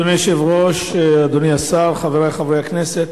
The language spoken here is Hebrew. אדוני היושב-ראש, אדוני השר, חברי חברי הכנסת,